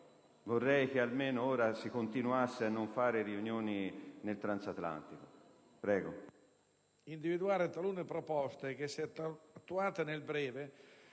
vorrei che almeno ora si continuasse a non fare riunioni nell'emiciclo.